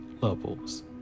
levels